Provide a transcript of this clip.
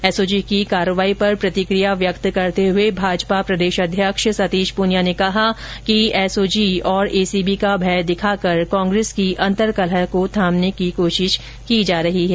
SOG की कार्यवाही पर प्रतिकिया व्यक्त करते हुए भाजपा प्रदेशाध्यक्ष सतीश पूनिया ने कहा कि एसओजी और एसीबी का भय दिखाकर कांग्रेस की अंर्तकलह को थामने की कोशिश की जा रही है